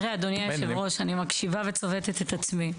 אדוני היושב ראש, אני מקשיבה וצובטת את עצמי.